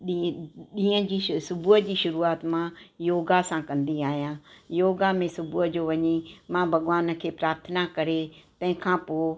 ॾी ॾींहं जी सुबुह जी शुरूआत मां योगा सां कंदी आहियां योगा में सुबुह जो वञी मां भगवान खे प्रार्थना करे तंहिंखां पोइ